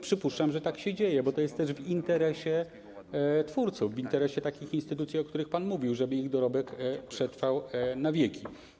Przypuszczam, że tak się dzieje, bo to jest też w interesie twórców, w interesie takich instytucji, o których pan mówił, żeby ich dorobek przetrwał na wieki.